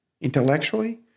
intellectually